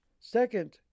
Second